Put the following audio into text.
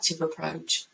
approach